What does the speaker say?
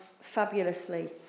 fabulously